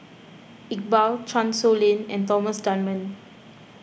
Iqbal Chan Sow Lin and Thomas Dunman